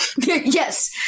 yes